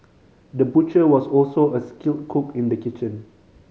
the butcher was also a skilled cook in the kitchen